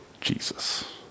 Jesus